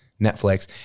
Netflix